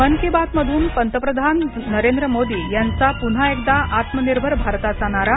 मन की बातमधून पंतप्रधान नरेंद्र मोदी यांचा पुन्हा एकदा आत्मनिर्भर भारताचा नारा